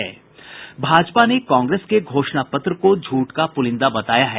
भाजपा ने कांग्रेस के घोषणा पत्र को झूठ का पुलिंदा बताया है